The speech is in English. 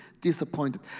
disappointed